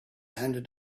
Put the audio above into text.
handed